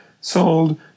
sold